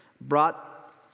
brought